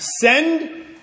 Send